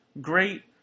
great